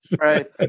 Right